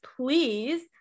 please